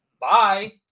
Bye